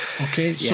okay